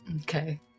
Okay